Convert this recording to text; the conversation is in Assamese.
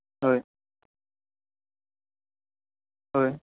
হয় হয়